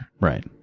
right